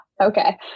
Okay